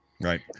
Right